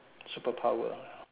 super power